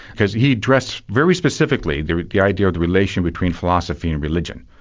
because he addressed very specifically the the idea of the relation between philosophy and religion,